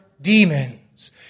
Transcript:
demons